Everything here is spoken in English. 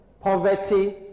Poverty